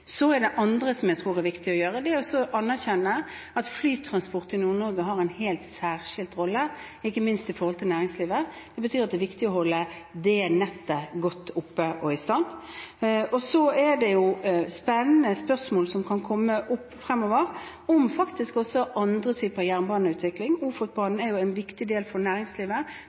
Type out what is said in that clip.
Det andre som jeg tror er viktig å gjøre, er å anerkjenne at flytransport i Nord-Norge har en helt særskilt rolle, ikke minst knyttet til næringslivet. Det betyr at det er viktig å holde det nettet godt oppe og i stand. Så er det spennende spørsmål som kan komme opp fremover, også om andre typer jernbaneutbygging: Ofotbanen er jo viktig for næringslivet